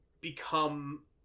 become